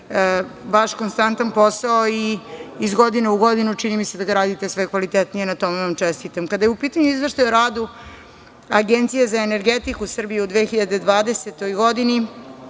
vaš konstantan posao i iz godine u godinu čini mi se da ga radite sve kvalitetnije i na tome vam čestitam. Kada je u pitanju izveštaj o radu Agencije za energetiku Srbije u 2020. godini,